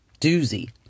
doozy